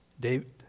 David